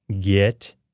get